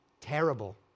Terrible